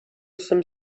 jsem